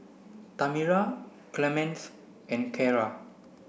Tamera Clemence and Cara